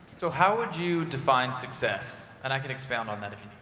so, how would you define success and i can expand on that if